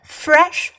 fresh